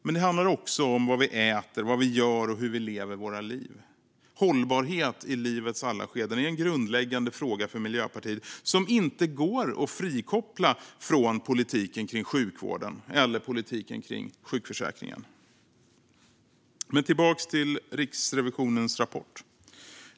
Men det handlar också om vad vi äter, vad vi gör och hur vi lever våra liv. Hållbarhet i livets alla skeden är för Miljöpartiet en grundläggande fråga, som inte går att frikoppla från politiken gällande sjukvården eller sjukförsäkringen. Men tillbaka till Riksrevisionens rapport.